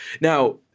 Now